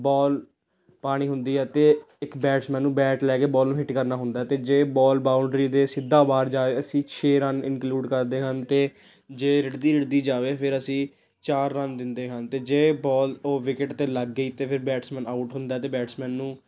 ਬੋਲ ਪਾਉਣੀ ਹੁੰਦੀ ਹੈ ਅਤੇ ਇੱਕ ਬੈਟਸਮੈਨ ਨੂੰ ਬੈਟ ਲੈ ਕੇ ਬੋਲ ਨੂੰ ਹਿੱਟ ਕਰਨਾ ਹੁੰਦਾ ਅਤੇ ਜੇ ਬੋਲ ਬਾਉਂਡਰੀ ਦੇ ਸਿੱਧਾ ਬਾਹਰ ਜਾਏ ਅਸੀਂ ਛੇ ਰਨ ਇੰਕਲੂਡ ਕਰਦੇ ਹਨ ਅਤੇ ਜੇ ਰਿੜਦੀ ਰਿੜਦੀ ਜਾਵੇ ਫਿਰ ਅਸੀਂ ਚਾਰ ਰਨ ਦਿੰਦੇ ਹਨ ਅਤੇ ਜੇ ਬੋਲ ਉਹ ਵਿਕਟ 'ਤੇ ਲੱਗ ਗਈ ਤਾਂ ਫਿਰ ਬੈਟਸਮੈਨ ਆਊਟ ਹੁੰਦਾ ਅਤੇ ਬੈਟਸਮੈਨ ਨੂੰ